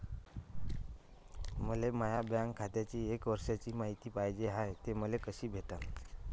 मले माया बँक खात्याची एक वर्षाची मायती पाहिजे हाय, ते मले कसी भेटनं?